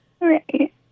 right